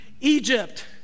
Egypt